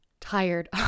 tired